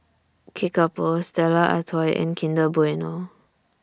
Kickapoo Stella Artois and Kinder Bueno